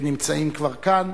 שכבר נמצאים כאן,